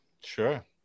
Sure